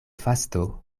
fasto